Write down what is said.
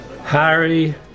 Harry